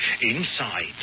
Inside